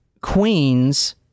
Queens